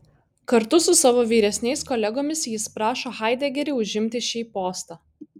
kartu su savo vyresniais kolegomis jis prašo haidegerį užimti šį postą